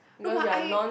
no but I